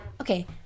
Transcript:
okay